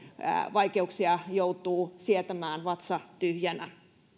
vaikeuksia joutuu sietämään vatsa tyhjänä